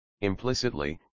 Implicitly